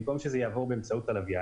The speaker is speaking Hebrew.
במקום שזה יבוא באמצעות הלוויין.